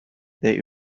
they